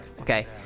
Okay